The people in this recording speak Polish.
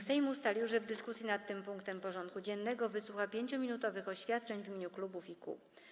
Sejm ustalił, że w dyskusji nad tym punktem porządku dziennego wysłucha 5-minutowych oświadczeń w imieniu klubów i kół.